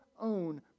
own